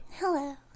hello